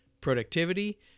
productivity